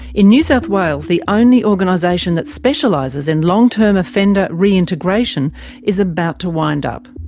in new south wales, the only organisation that specialises in long term offender re-integration is about to wind up.